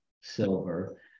silver